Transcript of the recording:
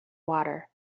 water